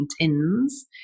tins